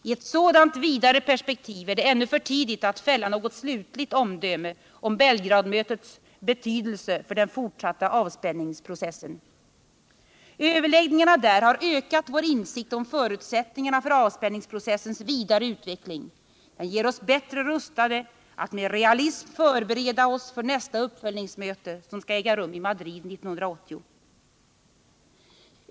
I ett sådant vidare perspektiv är det ännu för tidigt att fälla något slutligt omdöme om Belgradmötets betydelse för den fortsatta avspänningsprocessen. Överläggningarna där har ökat vår insikt om förutsättningarna för avspänningsprocessens vidare utveckling. Det gör oss bättre rustade att med realism förbereda oss för nästa uppföljningsmöte, som skall äga rum i Madrid 1980.